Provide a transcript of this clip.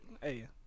hey